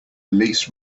lease